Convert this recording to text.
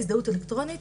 הזדהות אלקטרונית